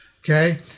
Okay